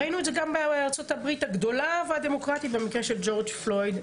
ראינו את זה גם בארצות הברית הגדולה והדמוקרטית במקרה של ג'ורג' פלויד,